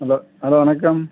hello hello வணக்கம்